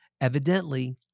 evidently